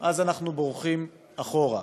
אז אנחנו בורחים אחורה.